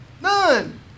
None